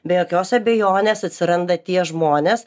be jokios abejonės atsiranda tie žmonės